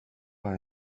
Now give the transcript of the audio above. pas